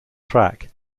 track